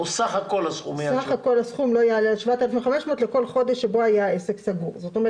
סך כל הסכום לא יעלה על 7,500 לכל חודש שבו היה העסק סגור,